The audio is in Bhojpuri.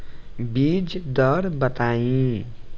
बीज दर बताई?